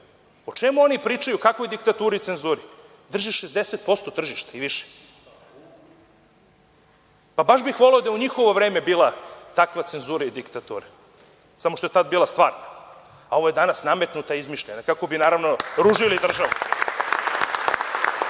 O čemu oni pričaju, o kakvoj diktaturi i cenzuri? Drže 60% tržišta i više. Pa baš bih voleo da je u njihovo vreme bila takva cenzura i diktatura. Samo što je tad bila stvarna, a ovo je danas nametnuta i izmišljena, kako bi, naravno, ružili državu. Kada